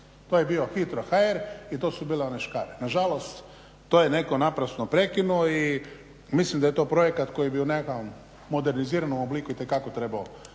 to je bio hitro.hr i to su bile one škare. Nažalost to je netko naprosto prekinuo i mislim da je to projekat koji bi u nekom moderniziranom obliku itekako trebao